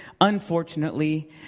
unfortunately